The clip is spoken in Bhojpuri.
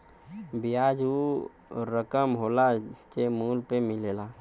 बियाज ऊ रकम होला जे मूल पे मिलेला